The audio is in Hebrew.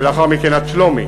ולאחר מכן עד שלומי.